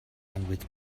annwyd